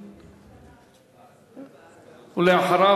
ואחריו,